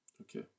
okay